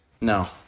No